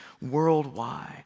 worldwide